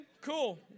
cool